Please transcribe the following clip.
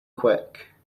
quick